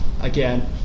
again